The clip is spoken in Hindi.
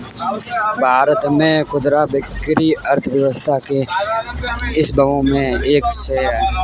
भारत में खुदरा बिक्री अर्थव्यवस्था के स्तंभों में से एक है